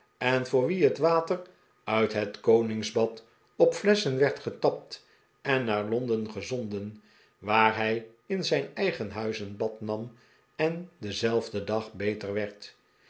en voor wien het water uit het koningsbad op flesschen werd getapt en naar londen gezonden waar hij in zijn eigen huis een bad nam en denzelfden dag beter werd